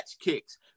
kicks